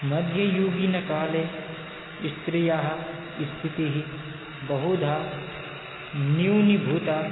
मध्ययुगीनकाले स्त्रियः स्थितिः बहुधा न्यूनीभूता